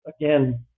again